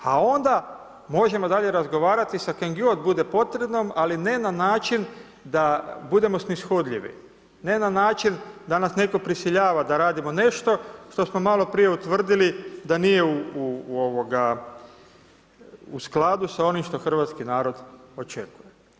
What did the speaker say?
A onda možemo dalje razgovarati sa kim bude potrebno, ali ne na način da budemo snishodljivi, ne na način da nas neko prisiljava da radimo nešto što smo malo prije utvrdili da nije u skladu s onim što hrvatski narod očekuje.